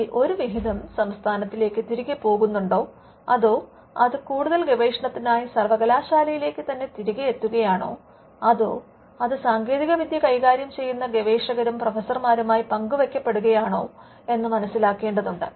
അതിൽ ഒരു വിഹിതം സംസ്ഥാനത്തിലേക്കു തിരികെ പോകുന്നുണ്ടോ അതോ അത് കൂടുതൽ ഗവേഷണത്തിനായി സർവ്വകലാശാലയിലേക്കു തന്നെ തിരികെ എത്തുകയാണോ അതോ അത് സാങ്കേതികവിദ്യ കൈകാര്യം ചെയ്യുന്ന ഗവേഷകരും പ്രൊഫസർമാരുമായി പങ്കുവെക്കപ്പെടുകയാണോ എന്ന് മനസിലാക്കേണ്ടതുണ്ട്